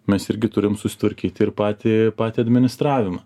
mes irgi turim susitvarkyti ir patį patį administravimą